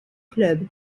club